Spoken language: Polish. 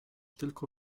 tylko